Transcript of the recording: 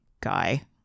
guy